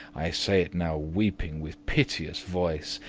i say it now weeping with piteous voice,